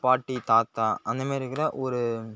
பாட்டி தாத்தா அந்த மாதிரி இருக்கிற ஒரு